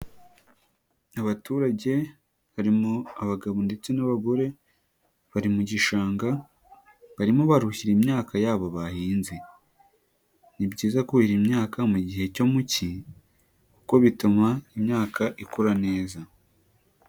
Abaturage barimo abagabo ndetse n'abagore bari mu gishanga, barimo baruhira imyaka yabo bahinze. Ni byiza kuhira imyaka mu gihe cyo mu cyi, kuko bituma imyaka ikura neza.